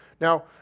Now